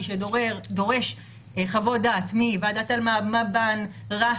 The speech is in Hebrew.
שדורש היא חוות דעת מוועדת --- רש"א,